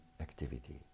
activity